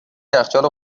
یخچال